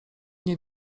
nie